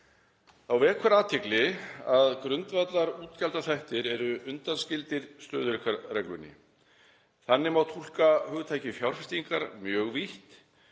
Þá vekur athygli að grundvallarútgjaldaþættir eru undanskildir stöðugleikareglunni. Þannig má túlka hugtakið fjárfestingar mjög vítt.